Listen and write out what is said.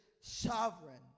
sovereign